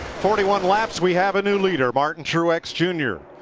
forty one laps. we have a new leader. martin truex jr.